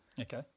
Okay